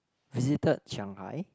visited Shanghai